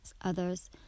Others